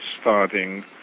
starting